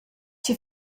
chi